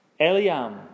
Eliam